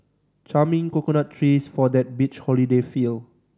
charming coconut trees for that beach holiday feel